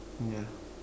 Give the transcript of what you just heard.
ya